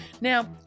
Now